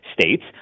states